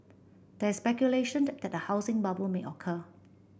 there is speculation that a housing bubble may occur